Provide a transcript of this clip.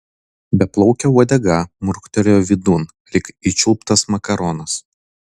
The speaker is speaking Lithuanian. beplaukė uodega murktelėjo vidun lyg įčiulptas makaronas